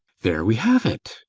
there we have it!